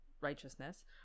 righteousness